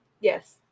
yes